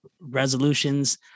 resolutions